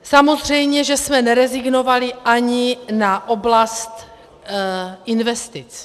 Samozřejmě že jsme nerezignovali ani na oblast investic.